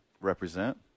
represent